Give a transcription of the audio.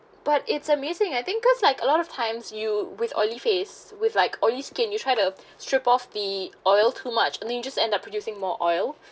but it's amazing I think cause like a lot of times you with oily face with like oily skin you try to strip off the oil too much and you just end up producing more oil